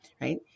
right